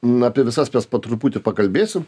na apie visas mes po truputį pakalbėsim